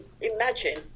imagine